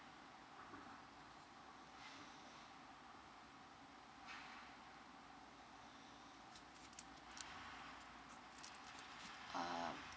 um